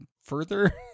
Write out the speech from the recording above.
further